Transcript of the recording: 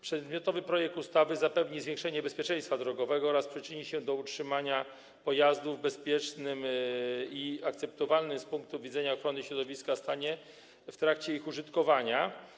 Przedmiotowy projekt ustawy zapewni zwiększenie bezpieczeństwa drogowego oraz przyczyni się do utrzymania pojazdów w bezpiecznym i akceptowalnym z punktu widzenia ochrony środowiska stanie w trakcie ich użytkowania.